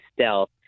stealth